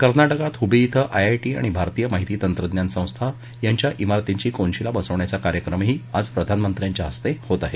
कर्नाटकात हुबळी भिं आयआयटी आणि भारतीय माहिती तंत्रज्ञान संस्था यांच्या मिरतींची कोनशिला बसवण्याचा कार्यक्रमही आज प्रधानमंत्र्यांच्या हस्ते होत आहे